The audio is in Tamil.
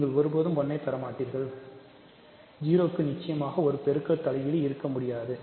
நீங்கள் ஒருபோதும் 1 ஐப் பெற மாட்டீர்கள் 0 க்கு நிச்சயமாக ஒரு பெருக்க தலைகீழ் இருக்க முடியாது